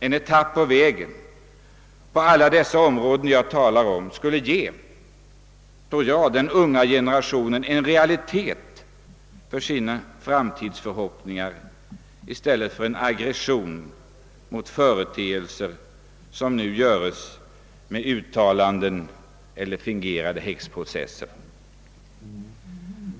En etapp på vägen inom alla områden jag talar om skulle, tror jag, ge den unga generationen en realitet som grund för sina framtidsförhoppningar. I stället framkallar man en aggression genom uttalanden eller fingerade häxprocesser.